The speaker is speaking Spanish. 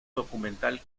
documental